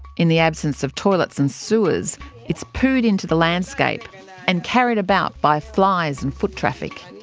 in the absence of toilets and sewers it's pooed into the landscape and carried about by flies and foot traffic.